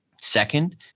Second